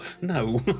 No